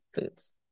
foods